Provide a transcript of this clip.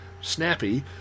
snappy